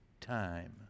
time